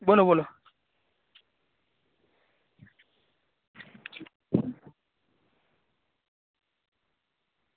બોલો બોલો